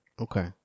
Okay